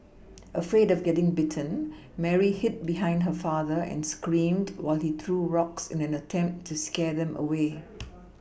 afraid of getting bitten Mary hid behind her father and screamed while he threw rocks in an attempt to scare them away